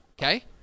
okay